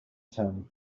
term